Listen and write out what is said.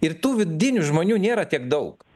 ir tų vidinių žmonių nėra tiek daug